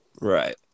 Right